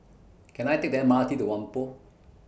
Can I Take The M R T to Whampoa